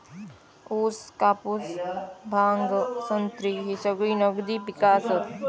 ऊस, कापूस, भांग, संत्री ही सगळी नगदी पिका आसत